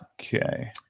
Okay